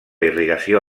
irrigació